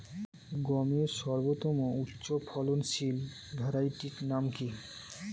গমের সর্বোত্তম উচ্চফলনশীল ভ্যারাইটি নাম কি?